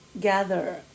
gather